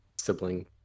sibling